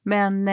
Men